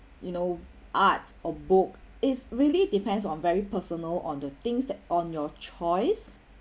you know art or book it's really depends on very personal on the things that on your choice